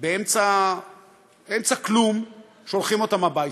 באמצע כלום, שולחים אותם הביתה.